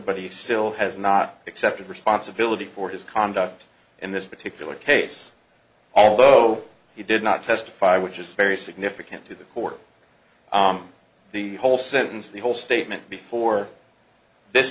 but he still has not accepted responsibility for his conduct in this particular case although he did not testify which is very significant to the court the whole sentence the whole statement before this